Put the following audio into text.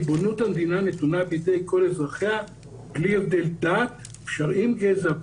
ריבונות המדינה נתונה בידי כל אזרחיה בלי הבדל דת אפשר עם גזע,